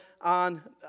on